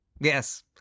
Yes